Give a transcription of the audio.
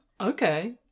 Okay